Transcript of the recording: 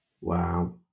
wow